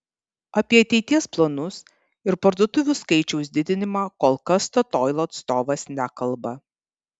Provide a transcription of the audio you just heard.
apie ateities planus ir parduotuvių skaičiaus didinimą kol kas statoil atstovas nekalba